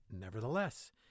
Nevertheless